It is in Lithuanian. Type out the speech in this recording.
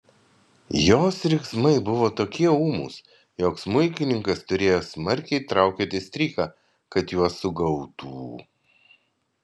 jos riksmai buvo tokie ūmūs jog smuikininkas turėjo smarkiai traukioti stryką kad juos sugautų